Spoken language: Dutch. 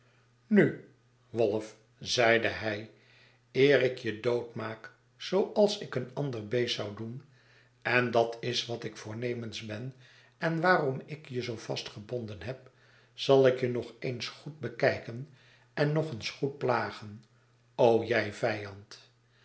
nu wolf zeide hij eer ik je doodmaak zooals x ik een ander beest zou doen en dat is wat ik voornemens ben en waarom ik je zoo vast gebonden heb zal ik je nog eens goed bekijken en nog eens goed plagen jij vijand